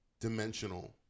dimensional